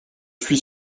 suis